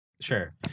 Sure